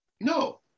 No